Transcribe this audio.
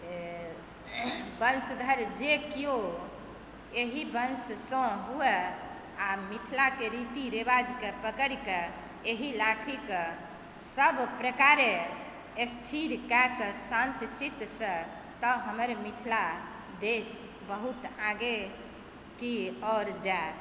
वंश धरि जे केओ एहि वंशसँ हुए आओर मिथिलाके रीति रिवाजकेँ पकड़िकऽ एहि लाठीके सब प्रकारे स्थिर कए कऽ शान्तचितसँ तऽ हमर मिथिला देश बहुत आगूके ओर जायत